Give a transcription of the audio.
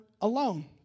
alone